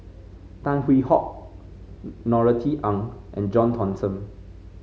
Tan Hwee Hock Norothy Ng and John Thomson